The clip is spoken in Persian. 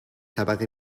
طبقه